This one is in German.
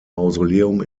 mausoleum